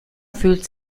fühlt